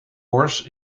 wars